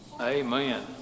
Amen